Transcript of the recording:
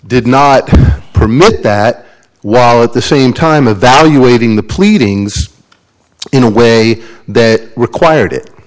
did not permit that while at the same time a valuating the pleadings in a way that required it